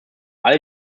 all